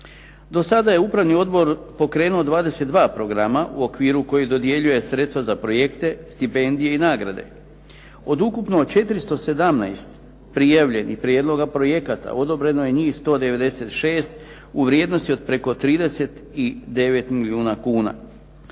Do sada je upravni odbor pokrenuo 22 programa u okviru kojih dodjeljuje sredstva za projekte, stipendije i nagrade. Od ukupno 417 prijavljenih prijedloga projekata odobreno je njih 196 u vrijednosti od preko 39 milijuna kuna.